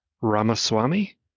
Ramaswamy